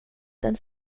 den